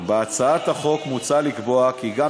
בהצעת החוק מוצע לקבוע כי גם במקרה של,